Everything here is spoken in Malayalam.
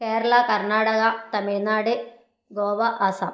കേരള കർണാടക തമിഴ്നാട് ഗോവ ആസാം